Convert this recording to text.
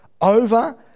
Over